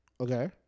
Okay